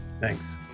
Thanks